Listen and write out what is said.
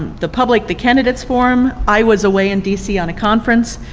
the public, the candidates forum. i was away in d c. on a conference.